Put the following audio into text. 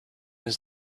was